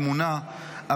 אמונה,